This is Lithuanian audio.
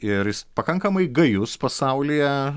ir jis pakankamai gajus pasaulyje